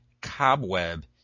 Cobweb